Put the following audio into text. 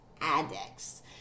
addicts